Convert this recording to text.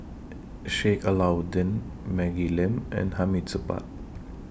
Sheik Alau'ddin Maggie Lim and Hamid Supaat